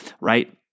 right